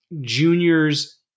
juniors